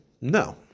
No